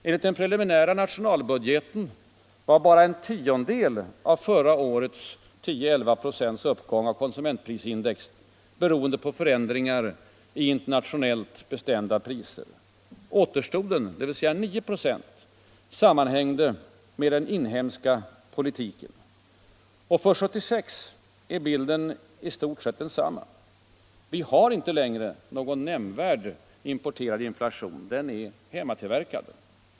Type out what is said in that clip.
Enligt den preliminära nationalbudgeten var bara en tiondel av förra årets 10-11-procentiga uppgång av konsumentprisindex beroende på förändringar i internationellt bestämda priser. Återstoden, dvs. 9 96, sammanhängde med den inhemska politiken. Och för 1976 är bilden i stort sett densamma. Vi har inte längre någon nämnvärd importerad inflation. Den är hemmatillverkad.